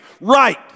Right